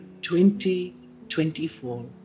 2024